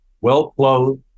well-clothed